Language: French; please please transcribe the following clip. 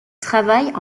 travaille